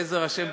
בעזר השם,